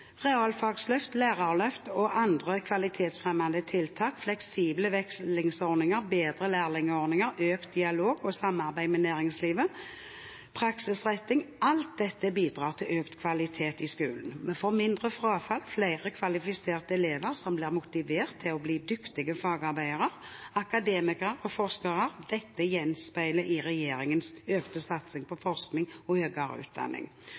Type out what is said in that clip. Realfagsløft, lærerløft og andre kvalitetsfremmende tiltak, fleksible vekslingsordninger, bedre lærlingordninger, økt dialog og samarbeid med næringslivet, praksisretting – alt dette bidrar til økt kvalitet i skolen. Vi får mindre frafall, flere kvalifiserte elever som blir motivert til å bli dyktige fagarbeidere, akademikere og forskere. Dette gjenspeiles i regjeringens økte satsing på forskning og høyere utdanning